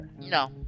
No